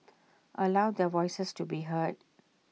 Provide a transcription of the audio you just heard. allow their voices to be heard